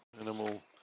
animal